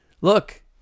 look